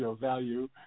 value